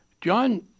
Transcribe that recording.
John